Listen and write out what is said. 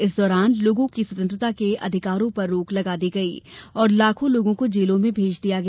इस दौरान लोगों की स्वतंत्रता के अधिकारों पर रोक लगा दी गई और लाखों लोगों को जेलों में भेज दिया गया